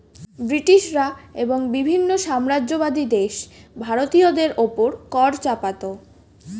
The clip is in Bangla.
ব্রিটিশরা এবং বিভিন্ন সাম্রাজ্যবাদী দেশ ভারতীয়দের উপর কর চাপাতো